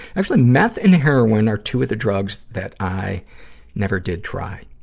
actually, meth and heroin are two of the drugs that i never did try.